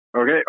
Okay